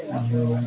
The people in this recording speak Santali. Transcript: ᱟᱫᱚ